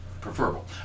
preferable